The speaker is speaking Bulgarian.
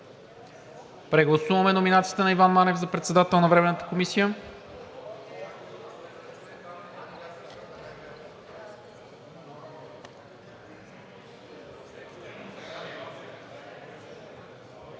Гласуваме номинацията на Иван Манев за председател на Временната комисия.